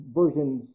versions